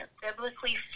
biblically